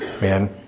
man